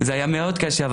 זה היה מאוד קשה.